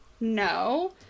No